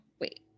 Wait